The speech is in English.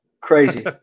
Crazy